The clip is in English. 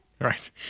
Right